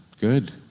good